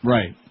Right